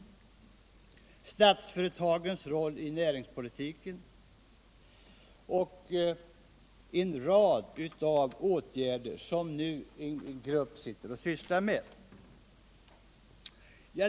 Det gäller också de statliga företagens roll i näringspolitiken och en rad åtgärder där som en grupp nu sysslar med.